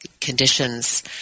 conditions